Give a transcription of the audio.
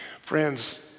Friends